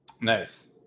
nice